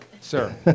sir